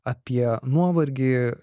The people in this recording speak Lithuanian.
apie nuovargį